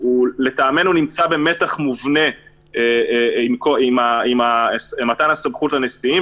לטעמנו הוא נמצא במתח מובנה עם מתן הסמכות לנשיאים.